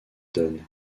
donne